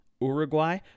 Uruguay